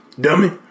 Dummy